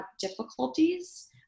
difficulties